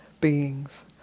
beings